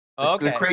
Okay